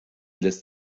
lässt